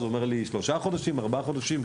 הוא אמר לי: לפני שלושה חודשים, ארבעה חודשים?